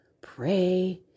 pray